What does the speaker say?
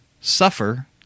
suffer